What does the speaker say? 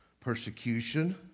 persecution